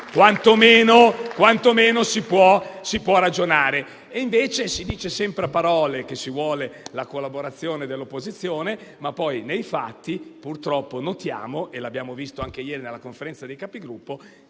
quantomeno si può ragionare; invece si dice - sempre a parole - che si vuole la collaborazione dell'opposizione, ma poi, nei fatti, purtroppo notiamo, come abbiamo visto anche ieri dalla Conferenza dei Capigruppo,